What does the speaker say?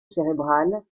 cérébrale